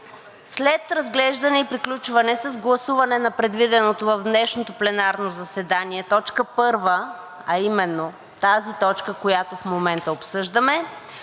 след разглеждане и приключване с гласуване на предвиденото в днешното пленарно заседание, точка първа, а именно тази точка, която в момента обсъждаме,